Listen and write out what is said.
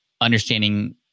understanding